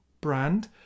brand